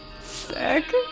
Sick